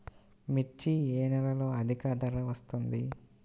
మిర్చి ఏ నెలలో అధిక ధర వస్తుంది?